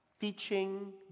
teaching